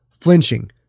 Flinching